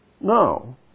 No